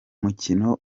mukino